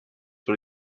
sur